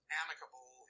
amicable